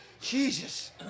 Jesus